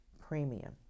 premium